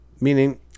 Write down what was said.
meaning